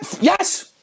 Yes